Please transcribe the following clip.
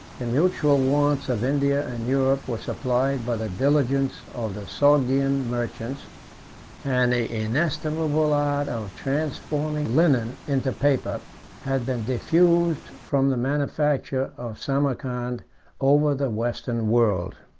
the mutual wants of india and europe were supplied by the diligence of the sogdian merchants and the inestimable art of transforming linen into paper has been diffused from the manufacture of samarcand over the western world.